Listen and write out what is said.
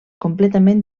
completament